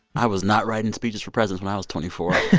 i was not writing speeches for presidents when i was twenty four.